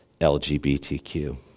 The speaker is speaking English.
LGBTQ